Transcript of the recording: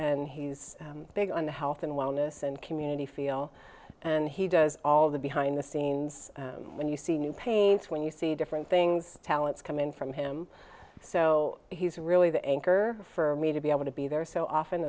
and he's big on the health and wellness and community feel and he does all the behind the scenes when you see new paints when you see different things talents come in from him so he's really the anchor for me to be able to be there so often